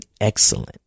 excellent